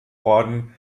orden